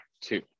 two